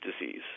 disease